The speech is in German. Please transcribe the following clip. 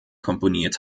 komponiert